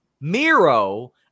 Miro